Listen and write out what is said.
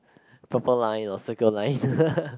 purple line or Circle Line